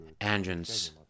engines